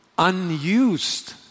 unused